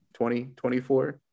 2024